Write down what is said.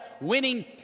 winning